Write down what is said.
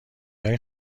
های